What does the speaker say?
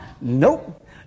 Nope